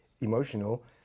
emotional